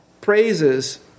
Praises